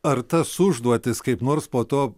ar tas užduotis kaip nors po to